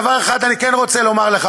דבר אחד אני כן רוצה לומר לך,